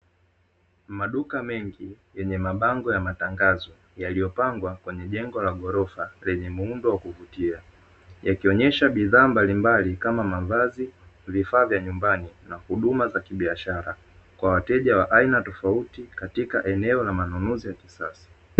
Maduka mengi yenye mabango ya matangazo yaliyopangwa kwenye jengo la ghorofa lenye muundo wa kuvutia. Yakionyesha bidhaa mbalimbali kama mavazi, vifaa vya nyumbani na huduma za kibiashara kwa wateja wa aina tofauti; katika eneo la manunuzi ya kisasa.